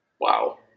Wow